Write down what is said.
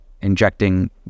injecting